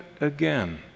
again